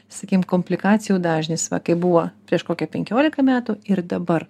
sakykim komplikacijų dažnis va kaip buvo prieš kokią penkiolika metų ir dabar